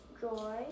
Joy